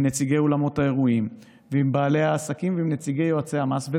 נציגי אולמות האירועים ועם בעלי העסקים ועם נציגי יועצי המס.